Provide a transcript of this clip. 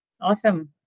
Awesome